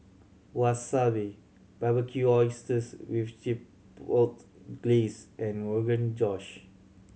Wasabi Barbecued Oysters with Chipotle Glaze and Rogan Josh